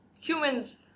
humans